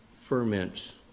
ferments